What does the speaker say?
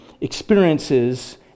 experiences